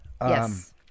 Yes